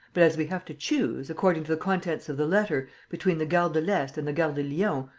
but, as we have to choose, according to the contents of the letter, between the gare de l'est and the gare de lyon,